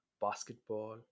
basketball